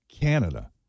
Canada